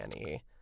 Annie